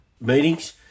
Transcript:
meetings